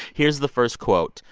here's the first quote.